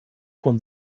von